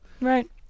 Right